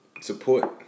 Support